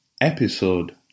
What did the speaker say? episode